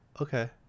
Okay